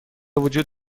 وجود